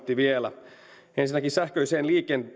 vielä ensinnäkin sähköisen